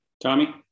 Tommy